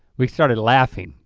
we started laughing.